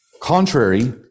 Contrary